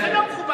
זה לא מכובד,